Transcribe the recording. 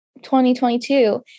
2022